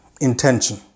intention